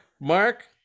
mark